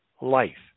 life